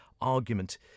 argument